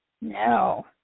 No